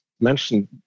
mentioned